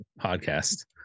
Podcast